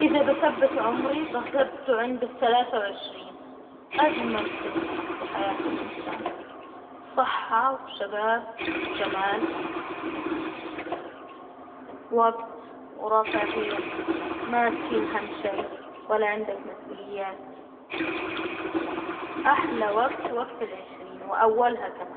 إذا بثبت عمري بثبته عند الثلاثة وعشرين، أجمل سن في حياة الإنسان، صحة وشباب جمال، وقت ، ورفاهية، ما تشيل هم شي، ولا عندك مسؤوليات، أحلى وقت -وقت العشرين وأولها كمان.